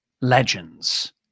legends